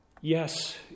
Yes